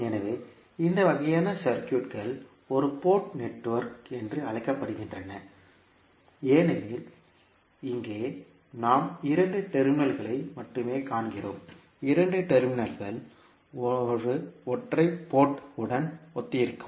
எனவே இந்த வகையான சர்க்யூட்கள் ஒரு போர்ட் நெட்வொர்க் என்று அழைக்கப்படுகின்றன ஏனெனில் இங்கே நாம் இரண்டு டெர்மினல்களை மட்டுமே காண்கிறோம் இரண்டு டெர்மினல்கள் ஒரு ஒற்றை போர்ட் உடன் ஒத்திருக்கும்